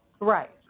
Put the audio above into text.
Right